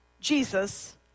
Jesus